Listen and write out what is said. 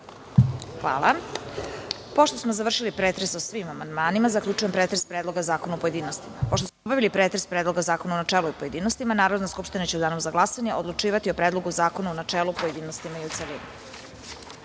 Hvala. Pošto smo završili pretres o svim amandmanima, zaključujem pretres Predloga zakona u pojedinostima. Pošto smo obavili pretres Predloga zakona u načelu i u pojedinostima, Narodna skupština će u Danu za glasanje odlučivati o Predlogu zakona u načelu, pojedinostima i u